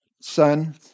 son